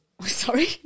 sorry